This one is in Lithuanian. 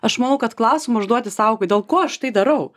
aš manau kad klausimą užduoti sau ko dėl ko aš tai darau